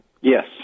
Yes